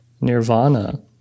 nirvana